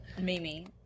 Mimi